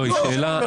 זו שאלה דמוקרטית.